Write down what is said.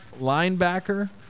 linebacker